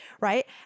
Right